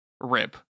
Rip